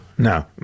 No